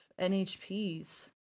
NHPs